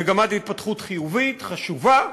מגמת התפתחות חיובית, חשובה.